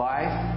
Life